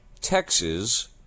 Texas